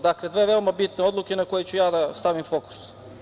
Dakle, dve veoma bitne odluke na koje ću ja da stavim fokus.